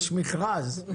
יש מכרז....